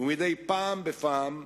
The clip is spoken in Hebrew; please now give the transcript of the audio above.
ומדי פעם בפעם,